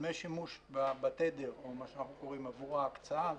דמי שימוש בתדר או מה שאנחנו קוראים עבור ההקצאה,